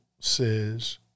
says